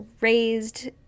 raised